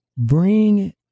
Bring